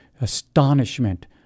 astonishment